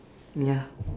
ya